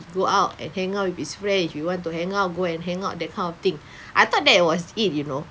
go out and hang out with his friends if he want to hang out go and hang out that kind of thing I thought that was it you know